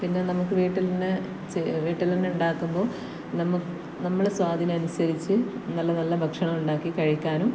പിന്നെ നമുക്ക് വീട്ടിൽ വീട്ടിൽ നിന്ന് ഉണ്ടാക്കുമ്പോൾ നമ്മളെ സ്വാദിനനുസരിച്ച് നല്ല നല്ല ഭക്ഷണം ഉണ്ടാക്കി കഴിക്കാനും